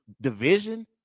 division